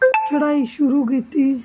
चढ़ाई शुरु कीती